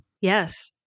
Yes